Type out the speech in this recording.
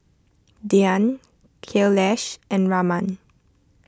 Dhyan Kailash and Raman